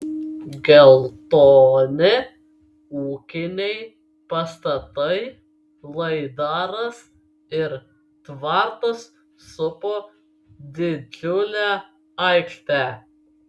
geltoni ūkiniai pastatai laidaras ir tvartas supo didžiulę aikštę